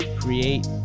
create